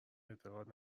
اعتقاد